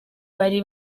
bari